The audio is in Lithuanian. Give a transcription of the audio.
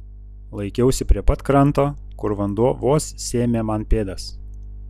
laikiausi prie pat kranto kur vanduo vos sėmė man pėdas